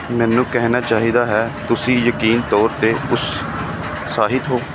ਮੈਨੂੰ ਕਹਿਣਾ ਚਾਹੀਦਾ ਹੈ ਤੁਸੀਂ ਯਕੀਨੀ ਤੌਰ 'ਤੇ ਉਤਸ਼ਾਹਿਤ ਹੋ